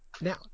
Now